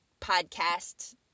podcast